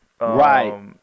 Right